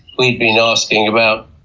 we had been ah asking about